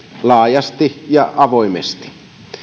laajasti ja avoimesti